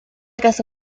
casó